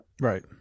Right